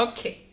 Okay